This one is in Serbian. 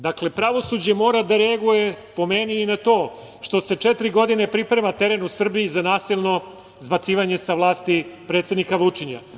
Dakle, pravosuđe mora da reaguje, po meni, i na to što se četiri godine priprema teren u Srbiji za nasilno zbacivanje sa vlasti predsednika Vučića.